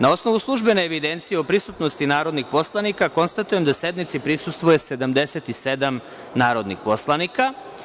Na osnovu službene evidencije o prisutnosti narodnih poslanika, konstatujem da sednici prisustvuje 77 narodnih poslanika.